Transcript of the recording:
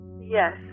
Yes